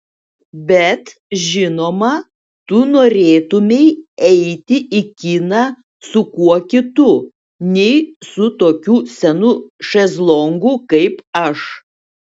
bet žinoma tu norėtumei eiti į kiną su kuo kitu nei su tokiu senu šezlongu kaip aš